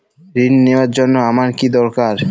ঋণ নেওয়ার জন্য আমার কী দরকার?